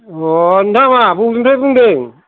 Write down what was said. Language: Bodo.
अह नोंथाङा मा बबेनिफ्राय बुंदों